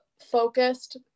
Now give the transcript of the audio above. focused